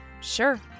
Sure